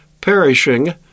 perishing